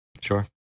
Sure